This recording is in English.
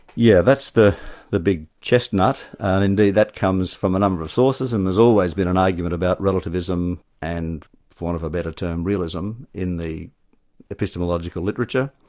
yeah that's the the big chestnut, and indeed that comes from a number of sources and there's always been an argument about relativism and for want of a better term, realism, in the epistemological literature.